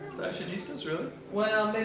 fashionistas, really?